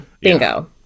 Bingo